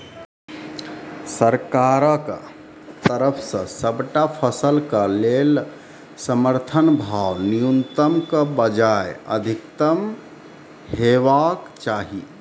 सरकारक तरफ सॅ सबटा फसलक लेल समर्थन भाव न्यूनतमक बजाय अधिकतम हेवाक चाही?